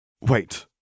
Wait